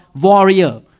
warrior